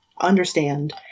understand